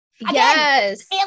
yes